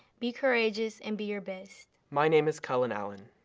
be courageous and be your best. my name is cullen allen.